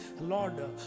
Lord